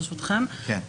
דבר ראשון,